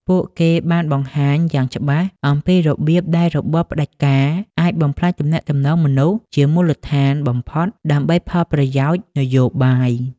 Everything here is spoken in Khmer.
ពួកគេបានបង្ហាញយ៉ាងច្បាស់អំពីរបៀបដែលរបបផ្តាច់ការអាចបំផ្លាញទំនាក់ទំនងមនុស្សជាមូលដ្ឋានបំផុតដើម្បីផលប្រយោជន៍នយោបាយ។